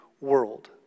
world